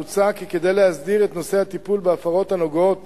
מוצע כי כדי להסדיר את נושא הטיפול בהפרות הנוגעות